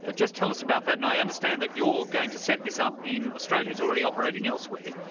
ah just tell us about that and i understand that you're going to set this up in australia, it's already operating elsewhere,